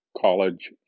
college